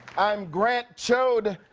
i'm grant choad.